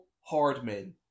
Hardman